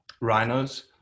rhinos